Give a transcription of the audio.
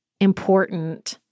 important